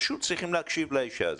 פשוט צריכים להקשיב לאישה הזאת.